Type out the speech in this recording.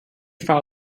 file